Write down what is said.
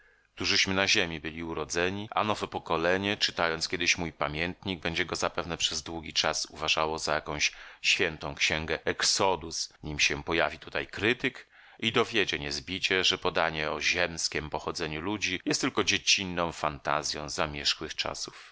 którzyśmy na ziemi byli urodzeni a nowe pokolenie czytając kiedyś mój pamiętnik będzie go zapewne przez długi czas uważało za jakąś świętą księgę exodus nim się pojawi tutaj krytyk i dowiedzie niezbicie że podanie o ziemskiem pochodzeniu ludzi jest tylko dziecinną fantazją zamierzchłych czasów